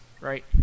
right